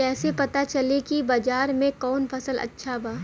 कैसे पता चली की बाजार में कवन फसल अच्छा बा?